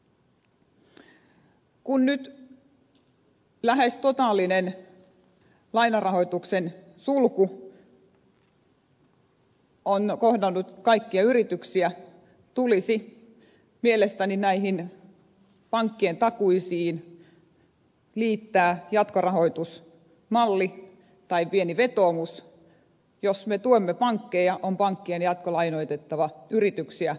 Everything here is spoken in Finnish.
kun nyt lähes totaalinen lainarahoituksen sulku on kohdannut kaikkia yrityksiä tulisi mielestäni näihin pankkien takuisiin liittää jatkorahoitusmalli tai pieni vetoomus että jos me tuemme pankkeja on pankkien jatkolainoitettava yrityksiä sekä kotitalouksia